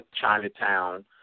Chinatown